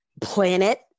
planet